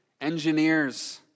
engineers